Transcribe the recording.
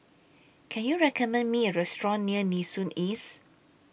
Can YOU recommend Me A Restaurant near Nee Soon East